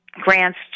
grants